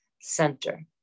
center